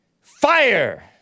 Fire